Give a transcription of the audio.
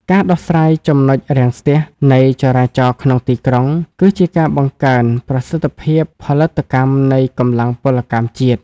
ការដោះស្រាយ ចំណុចរាំងស្ទះ នៃចរាចរណ៍ក្នុងទីក្រុង គឺជាការបង្កើនប្រសិទ្ធភាពផលិតកម្មនៃកម្លាំងពលកម្មជាតិ។